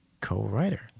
co-writer